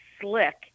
slick